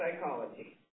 psychology